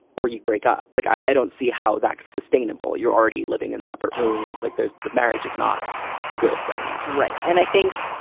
or you break up like i don't see how that's sustainable. you're already living in separate rooms like there's the marriage is not good right now right. and i think.